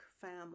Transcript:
family